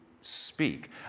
speak